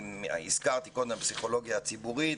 הזכרתי קודם את הפסיכולוגיה הציבורית.